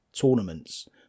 tournaments